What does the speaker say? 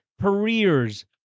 careers